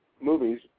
movies